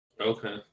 okay